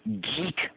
geek